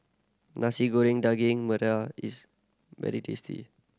Nasi Goreng Daging Merah is very tasty